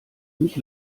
mich